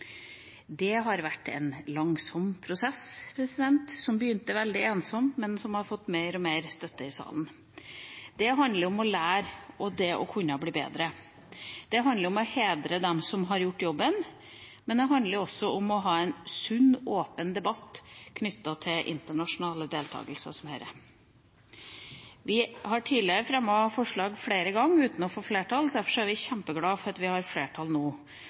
Det har vært en langsom prosess som begynte veldig ensomt, men som har fått mer og mer støtte i salen. Det handler om å lære og kunne bli bedre, det handler om å hedre dem som har gjort jobben, men det handler også om å ha en sunn, åpen debatt knyttet til internasjonal deltakelse som dette. Vi har tidligere fremmet forslag flere ganger uten å få flertall. Derfor er vi kjempeglade for at vi har flertall nå,